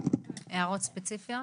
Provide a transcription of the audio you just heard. הערות ספציפיות?